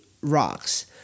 rocks